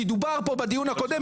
כי דובר פה בדיון הקודם,